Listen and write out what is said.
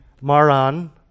Maran